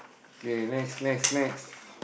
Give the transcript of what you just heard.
okay next next next